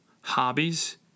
hobbies